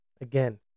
Again